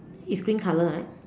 is green color right